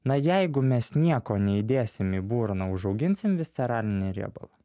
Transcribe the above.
na jeigu mes nieko neįdėsim į burną užauginsim visceralinį riebalą